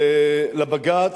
לבג"ץ,